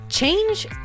Change